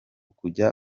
kujya